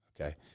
Okay